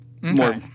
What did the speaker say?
more